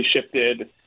shifted